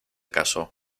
casó